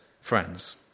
friends